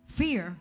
fear